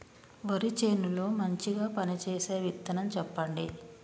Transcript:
వరి చేను లో మంచిగా పనిచేసే విత్తనం చెప్పండి?